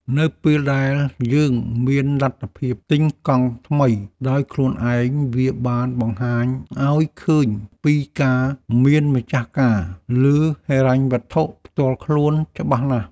នៅពេលដែលយើងមានលទ្ធភាពទិញកង់ថ្មីដោយខ្លួនឯងវាបានបង្ហាញឱ្យឃើញពីការមានម្ចាស់ការលើហិរញ្ញវត្ថុផ្ទាល់ខ្លួនច្បាស់ណាស់។